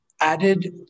added